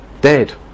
dead